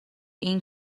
این